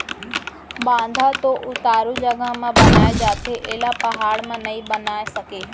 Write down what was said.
बांधा तो उतारू जघा म बनाए जाथे एला पहाड़ म नइ बना सकय